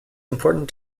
important